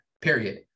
Period